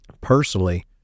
personally